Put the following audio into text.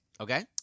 okay